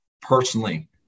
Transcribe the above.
personally